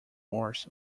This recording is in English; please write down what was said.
force